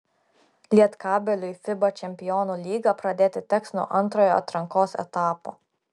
lietkabeliui fiba čempionų lygą pradėti teks nuo antrojo atrankos etapo